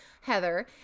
Heather